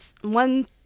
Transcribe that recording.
One